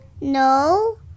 no